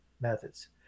methods